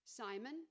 Simon